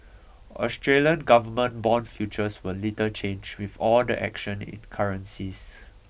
Australian government bond futures were little change with all the action in currencies